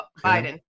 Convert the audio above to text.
biden